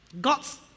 God's